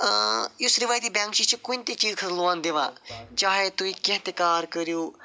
یُس رِوٲیتی بینٛک چھُ یہِ چھُ کُنہِ تہِ چیٖزٕ خٲطرٕ لون دِوان چاہیے تُہۍ کیٚنٛہہ تہِ کار کٔرِو